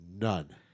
None